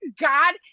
God